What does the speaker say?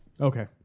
Okay